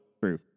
true